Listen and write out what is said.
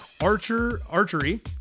Archery